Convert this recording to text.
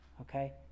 Okay